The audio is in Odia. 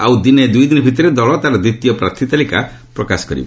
ଆଉ ଦିନେ ଦୁଇ ଦିନ ଭିତରେ ଦଳ ତାର ଦ୍ୱିତୀୟ ପ୍ରାର୍ଥୀ ତାଲିକା ପ୍ରକାଶ କରିବ